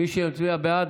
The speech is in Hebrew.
מי שיצביע בעד,